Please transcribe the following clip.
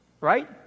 Right